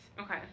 Okay